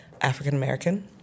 African-American